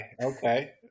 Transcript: Okay